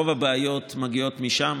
רוב הבעיות מגיעות משם,